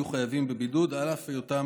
יהיו חייבים בבידוד על אף היותם